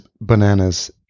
bananas